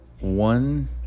one